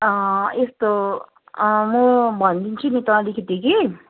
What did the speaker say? यस्तो म भनिदिन्छु अन्त अलिकति कि